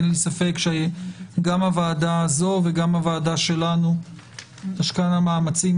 אין לי ספק שגם הוועדה הזו וגם הוועדה שלנו תשקענה מאמצים